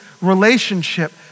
relationship